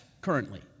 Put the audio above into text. currently